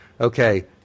okay